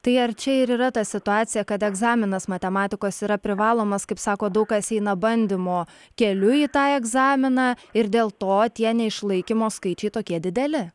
tai ar čia ir yra ta situacija kad egzaminas matematikos yra privalomas kaip sakot daug kas eina bandymo keliu į tą egzaminą ir dėl to tie neišlaikymo skaičiai tokie dideli